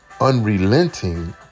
unrelenting